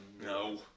No